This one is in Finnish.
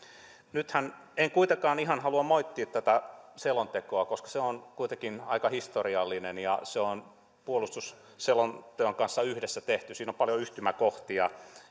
en kuitenkaan ihan halua moittia tätä selontekoa koska se on kuitenkin aika historiallinen se on puolustusselonteon kanssa yhdessä tehty niissä on paljon yhtymäkohtia